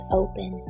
open